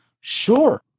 sure